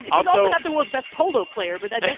also not the world's best polo player, but that yeah